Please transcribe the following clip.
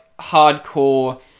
hardcore